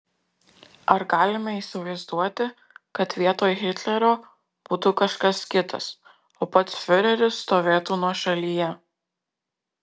ar galime įsivaizduoti kad vietoj hitlerio būtų kažkas kitas o pats fiureris stovėtų nuošalyje